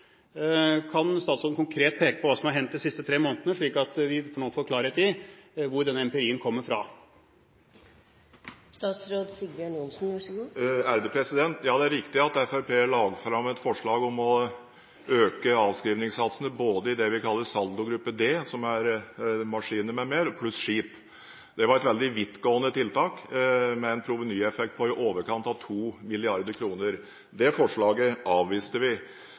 Kan statsråden konkret peke på hva som har hendt de siste tre månedene, slik at vi får klarhet i hvor denne empirien kommer fra? Ja, det er riktig at Fremskrittspartiet la fram et forslag om å øke avskrivningssatsene både i det vi kaller saldogruppe d, som gjelder maskiner m.m., og for skip. Det var et veldig vidtgående tiltak med en provenyeffekt på i overkant av 2 mrd. kr. Det forslaget avviste vi.